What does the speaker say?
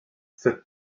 cette